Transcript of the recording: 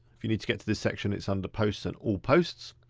if you need to get to this section, it's under posts and all posts.